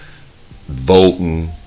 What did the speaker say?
voting